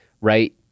right